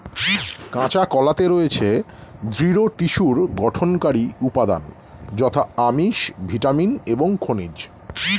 কাঁচা কলাতে রয়েছে দৃঢ় টিস্যুর গঠনকারী উপাদান যথা আমিষ, ভিটামিন এবং খনিজ